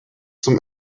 zum